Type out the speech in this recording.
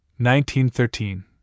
1913